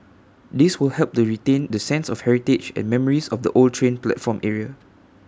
this will help to retain the sense of heritage and memories of the old train platform area